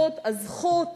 הזכות